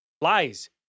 Lies